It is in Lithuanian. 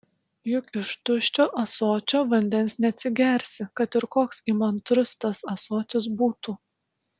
juk iš tuščio ąsočio vandens neatsigersi kad ir koks įmantrus tas ąsotis būtų